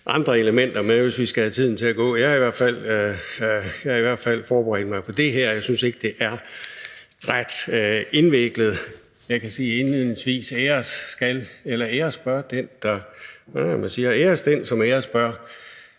andre elementer med, hvis vi skal have tiden til at gå. Jeg har i hvert fald forberedt mig på det her, og jeg synes ikke, det er ret indviklet. Jeg kan indledningsvis sige, at æres den, som æres bør,